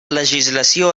legislació